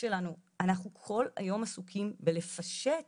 שלנו אנחנו כל היום עסוקים בלפשט